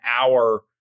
hour